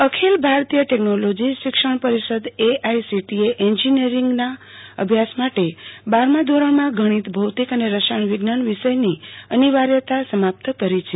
એ engineering અખિલ ભારતીય technology શિક્ષણ પરિષદ A I C T E એન્જીનીયરોંગના અભ્યાસ માટે બારમા ધોરણમાં ગણિત ભૌતિક અને રસાયણ વિજ્ઞાન વિષયની અનિવાર્યતા સમાપ્ત કરી છે